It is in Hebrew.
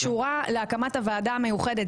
זו החלטה שקשורה להקמת הוועדה המיוחדת,